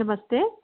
नमस्ते